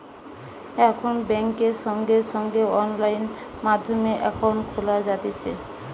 এখন বেংকে সঙ্গে সঙ্গে অনলাইন মাধ্যমে একাউন্ট খোলা যাতিছে